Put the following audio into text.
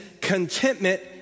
contentment